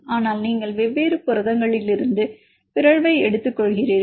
ஆனால் நீங்கள் வெவ்வேறு புரதங்களிலிருந்து பிறழ்வை எடுத்துக் கொள்கிறீர்கள்